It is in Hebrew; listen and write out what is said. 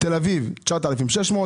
בתל-אביב 9,600 שקל,